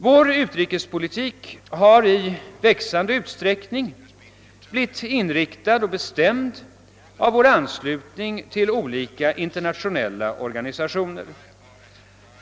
Vår utrikespolitik har i växande utsträckning blivit inriktad och bestämd av vår anslutning till olika internationella organisationer.